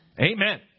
Amen